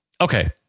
okay